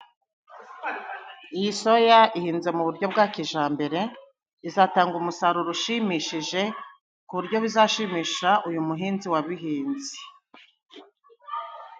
Iyi soya ihinze mu buryo bwa kijambere izatanga umusaruro ushimishije ,ku buryo bizashimisha uyu muhinzi wabihinze.